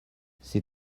ces